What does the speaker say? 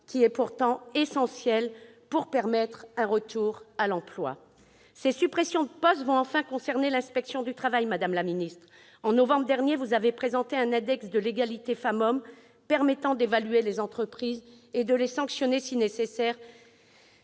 pourtant essentiel pour favoriser le retour à l'emploi. Ces suppressions de postes vont aussi concerner l'inspection du travail. Madame la ministre, en novembre dernier vous avez présenté un index de l'égalité femmes-hommes permettant d'évaluer les entreprises et de les sanctionner si nécessaire.